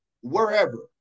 wherever